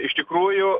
iš tikrųjų